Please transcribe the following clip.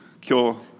kill